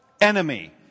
enemy